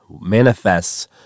manifests